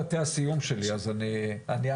הממשלה, אבל אני לא